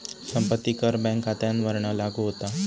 संपत्ती कर बँक खात्यांवरपण लागू होता